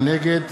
נגד